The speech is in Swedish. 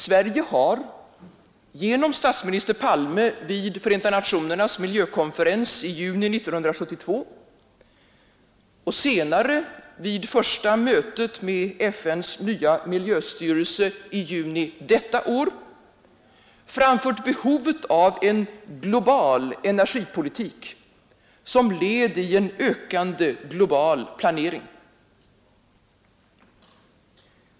Sverige har, genom statsminister Palme vid Förenta nationernas miljökonferens i juni 1972 och senare vid första mötet med FN:s nya miljöstyrelse i juni detta år, framfört behovet av en global energipolitik som ett led i en ökande global planering.